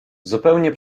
zupełnie